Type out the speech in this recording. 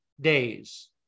days